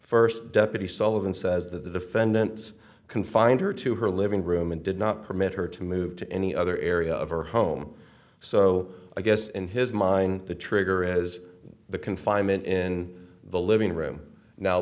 first deputy sullivan says that the defendant confined her to her living room and did not permit her to move to any other area of her home so i guess in his mind the trigger is the confinement in the living room now